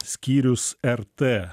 skyrius r t